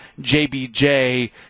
JBJ